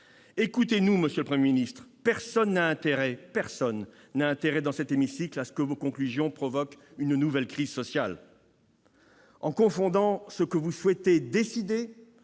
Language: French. Écoutez-nous, monsieur le Premier ministre ; personne dans cet hémicycle n'a intérêt à ce que vos conclusions provoquent une nouvelle crise sociale, en confondant ce que vous souhaitez décider